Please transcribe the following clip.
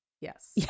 Yes